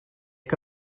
que